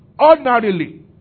Ordinarily